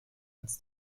ins